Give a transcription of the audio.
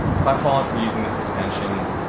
if i've fallen for using this extension,